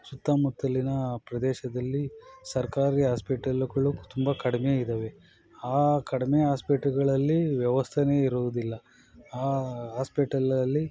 ಸುತ್ತಮುತ್ತಲಿನ ಪ್ರದೇಶದಲ್ಲಿ ಸರ್ಕಾರಿ ಹಾಸ್ಪೆಟಲ್ಗಳು ತುಂಬ ಕಡಿಮೆ ಇದಾವೆ ಆ ಕಡಿಮೆ ಹಾಸ್ಪೆಟ್ಲ್ಗಳಲ್ಲಿ ವ್ಯವಸ್ಥೆನೇ ಇರುವುದಿಲ್ಲ ಆ ಹಾಸ್ಪೆಟಲಲ್ಲಿ